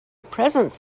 presence